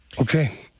Okay